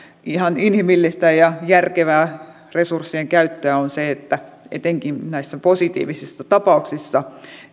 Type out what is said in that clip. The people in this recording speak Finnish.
ihan inhimillistä ja järkevää resurssien käyttöä on se että etenkin näissä positiivisissa tapauksissa